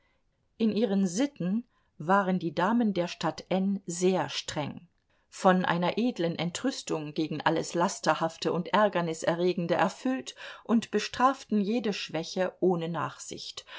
in ihren sitten waren die damen der stadt n sehr streng von einer edlen entrüstung gegen alles lasterhafte und ärgerniserregende erfüllt und bestraften jede schwäche ohne nachsicht